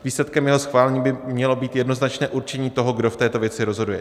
Výsledkem jeho schválení by mělo být jednoznačné určení toho, kdo v této věci rozhoduje.